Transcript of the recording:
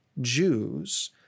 Jews